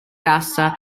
casa